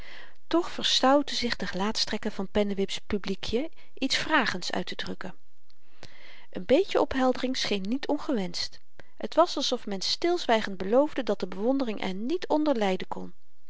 toch verstoutten zich de gelaatstrekken van pennewips publiekjen iets vragends uittedrukken een beetje opheldering scheen niet ongewenscht het was alsof men stilzwygend beloofde dat de bewondering er niet onder lyden kon